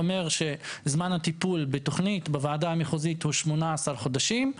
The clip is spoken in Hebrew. אומר שזמן הטיפול בתכנית בוועדה מחוזית הוא שמונה עשרה חודשים.